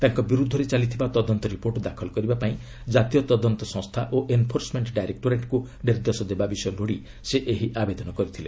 ତାଙ୍କ ବିରୁଦ୍ଧରେ ଚାଲିଥିବା ତଦନ୍ତ ରିପୋର୍ଟ ଦାଖଲ କରିବାପାଇଁ ଜାତୀୟ ତଦନ୍ତ ସଂସ୍ଥା ଓ ଏନ୍ଫୋର୍ସମେଣ୍ଟ ଡାଇରେକ୍ଟୋରେଟ୍କୁ ନିର୍ଦ୍ଦେଶ ଦେବା ବିଷୟ ଲୋଡ଼ି ସେ ଏହି ଆବେଦନ କରିଥିଲେ